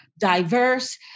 diverse